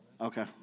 Okay